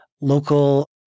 local